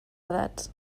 edats